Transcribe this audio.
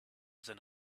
seine